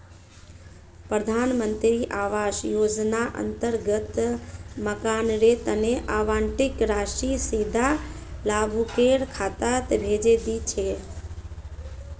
प्रधान मंत्री आवास योजनार अंतर्गत मकानेर तना आवंटित राशि सीधा लाभुकेर खातात भेजे दी छेक